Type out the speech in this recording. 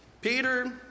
Peter